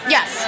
Yes